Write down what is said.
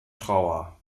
trauer